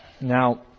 Now